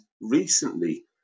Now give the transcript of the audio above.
recently